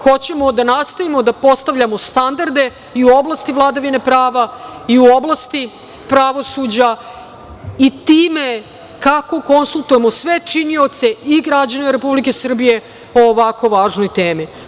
Hoćemo da nastavimo da postavljamo standarde i u oblasti vladavine prava, i u oblasti pravosuđa, i time kako konsultujemo sve činioce i građane Republike Srbije o ovako važnoj temi.